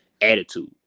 attitude